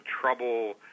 trouble